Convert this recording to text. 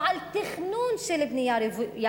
או על תכנון של בנייה רוויה,